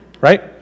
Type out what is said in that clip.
right